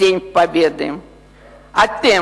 היא